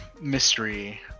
mystery